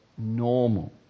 Normal